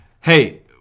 hey